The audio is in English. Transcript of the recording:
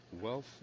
Wealth